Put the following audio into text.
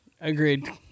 Agreed